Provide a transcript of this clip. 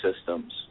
systems